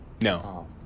No